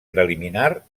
preliminar